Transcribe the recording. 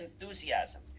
enthusiasm